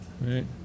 right